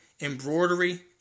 embroidery